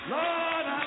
Lord